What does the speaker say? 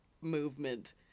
movement